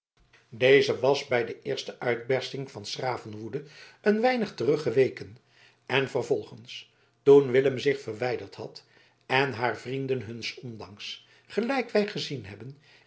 deze was bij de eerste uitbersting van s graven woede een weinig teruggeweken en vervolgens toen willem zich verwijderd had en haar vrienden huns ondanks gelijk wij gezien hebben